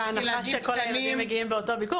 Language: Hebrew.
בהנחה שכל הילדים מגיעים לאותו ביקור.